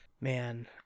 Man